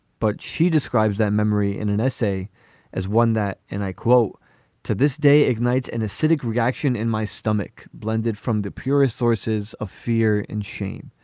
but she describes that memory in an essay as one that and i quote to this day ignites an acidic reaction in my stomach. blended from the purest sources of fear and shame.